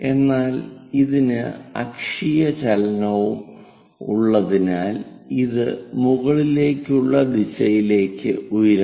എന്നാൽ ഇതിന് അക്ഷീയ ചലനവും ഉള്ളതിനാൽ അത് മുകളിലേക്കുള്ള ദിശയിലേക്ക് ഉയരുന്നു